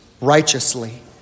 Righteously